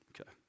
Okay